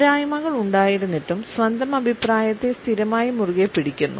പോരായ്മകൾ ഉണ്ടായിരുന്നിട്ടും സ്വന്തം അഭിപ്രായത്തെ സ്ഥിരമായി മുറുകെപിടിക്കുന്നു